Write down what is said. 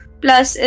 plus